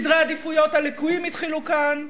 סדרי העדיפויות הלקויים התחילו כאן,